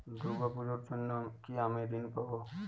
দুর্গা পুজোর জন্য কি আমি ঋণ পাবো?